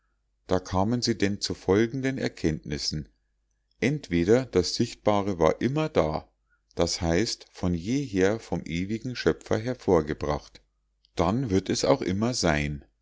da kamen sie denn zu folgenden erkenntnissen entweder das sichtbare war immer da das heißt von jeher vom ewigen schöpfer hervorgebracht dann wird es auch immer sein